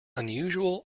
unusual